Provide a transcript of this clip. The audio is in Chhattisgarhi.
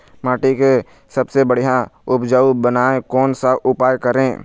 माटी के सबसे बढ़िया उपजाऊ बनाए कोन सा उपाय करें?